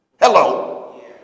Hello